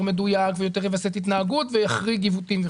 מדויק ויותר יווסת התנהגות ויחריג עיוותים.